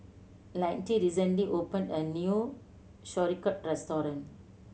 Lynette recently opened a new Sauerkraut Restaurant